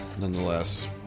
nonetheless